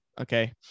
Okay